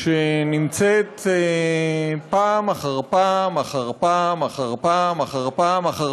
שנמצאת פעם אחר פעם אחר פעם אחר פעם אחר